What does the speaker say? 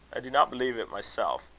i do not believe it myself.